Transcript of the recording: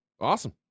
Awesome